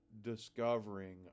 discovering